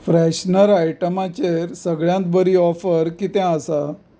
freshener आयटमांचेर सगळ्यांत बरी ऑफर कितें आसा